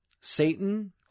Satan